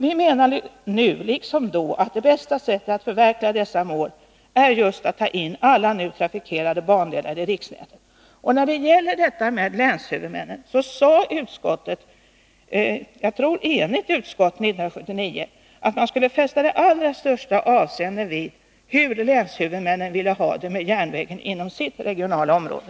Vi menar nu liksom då att det bästa sättet att förverkliga dessa mål är just att ta in alla nu trafikerade bandelar i riksnätet. Vad beträffar länshuvudmännen sade utskottet 1979 — jag tror att det var ett enigt utskott — att man skulle fästa det allra största avseende vid hur länshuvudmännen ville ha det med järnvägen inom sitt regionala område.